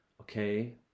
Okay